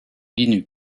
linux